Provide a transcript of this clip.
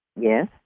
Yes